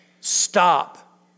Stop